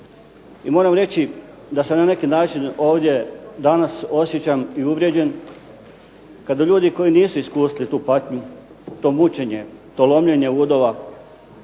I moram reći da se na neki način ovdje danas osjećam i uvrijeđen kada ljudi koji nisu iskusili tu patnju, to mučenje, to lomljenje udova,